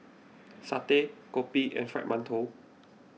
Satay Kopi and Fried Mantou